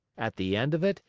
at the end of it,